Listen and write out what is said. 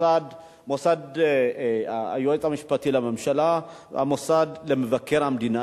מוסד היועץ המשפטי לממשלה ומוסד מבקר המדינה.